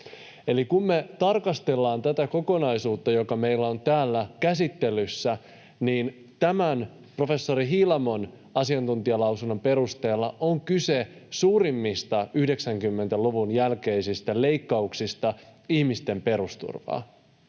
Eli kun me tarkastellaan tätä kokonaisuutta, joka meillä on täällä käsittelyssä, niin tämän professori Hiilamon asiantuntijalausunnon perusteella on kyse suurimmista 90-luvun jälkeisistä leikkauksista ihmisten perusturvaan.